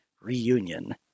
Reunion